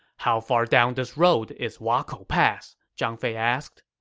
how far down this road is wakou pass? zhang fei asked